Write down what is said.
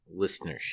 listenership